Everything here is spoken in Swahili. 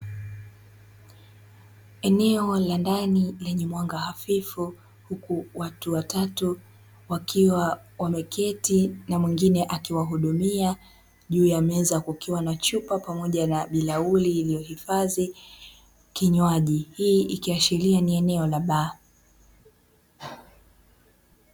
Eneo la ndani lenye mwanga hafifu, huku watu watatu wakiwa wameketi na mwingine akiwahudumia. Juu ya meza, kukiwa na chupa pamoja na bilauri iliyohifadhi kinywaji. Hii ikaishiria kuwa ni eneo la baa.